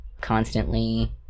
constantly